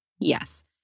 Yes